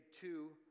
two